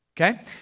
Okay